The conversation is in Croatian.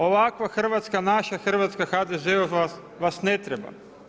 Ovakva Hrvatska, naša Hrvatska, HDZ-ova vas ne treba.